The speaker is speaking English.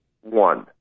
One